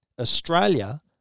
Australia